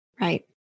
Right